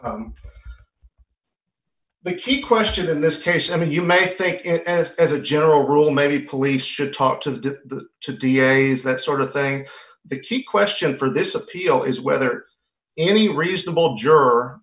the key question in this case i mean you may think it as as a general rule maybe police should talk to the to da's that sort of thing the key question for this appeal is whether any reasonable juror